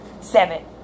seven